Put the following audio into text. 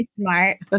smart